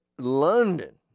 London